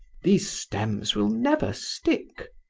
these stems will never stick.